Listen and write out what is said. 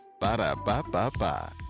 Ba-da-ba-ba-ba